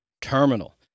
terminal